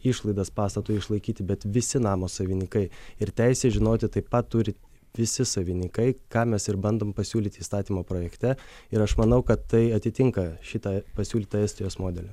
išlaidas pastatui išlaikyti bet visi namo savininkai ir teisę žinoti taip pat turi visi savininkai ką mes ir bandom pasiūlyti įstatymo projekte ir aš manau kad tai atitinka šitą pasiūlytą estijos modelį